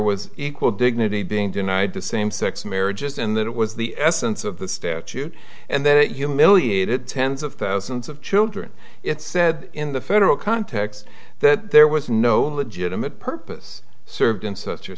was equal dignity being denied to same sex marriages and that it was the essence of the statute and then humiliated tens of thousands of children it's said in the federal context that there was no legitimate purpose served in such a